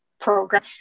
program